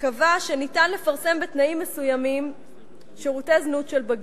קבע שניתן לפרסם בתנאים מסוימים שירותי זנות של בגיר,